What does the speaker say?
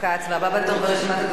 והבא בתור ברשימת הדוברים,